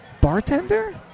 bartender